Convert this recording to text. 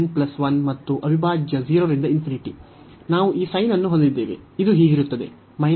ನಾವು ಅನ್ನು ಬದಲಿಸಿದಾಗ ನಾವು ಮತ್ತೆ 1 ಅನ್ನು ಹೊಂದಿದ್ದೇವೆ